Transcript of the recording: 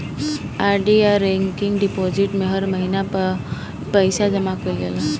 RD या recurring deposit में हर महिना पअ पईसा जमा कईल जाला